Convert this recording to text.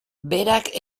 berak